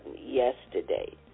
yesterday